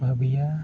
ᱵᱷᱟᱵᱤᱭᱟ